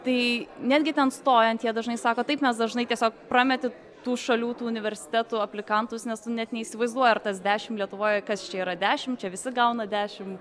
tai netgi ten stojant jie dažnai sako taip mes dažnai tiesiog prameti tų šalių tų universitetų aplikantus nes tu net neįsivaizduoji ar tas dešim lietuvoje kas čia yra dešim čia visi gauna dešim